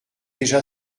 déjà